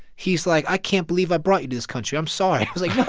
he's like, i can't believe i brought you to this country. i'm sorry. i was like, yeah